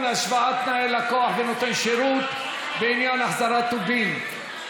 השוואת תנאי לקוח ונותן שירות בעניין החזרת טובין),